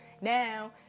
Now